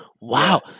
Wow